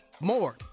More